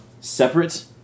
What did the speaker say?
separate